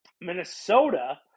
Minnesota